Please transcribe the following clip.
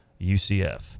UCF